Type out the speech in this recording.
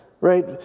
right